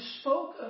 spoke